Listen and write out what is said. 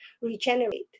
regenerate